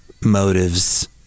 Motives